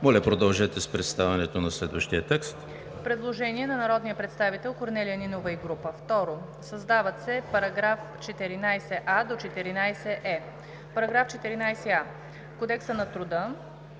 Моля, продължете с представянето на следващия текст.